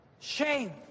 Shame